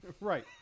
Right